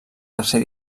tercer